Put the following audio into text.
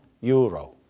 euro